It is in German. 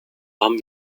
haben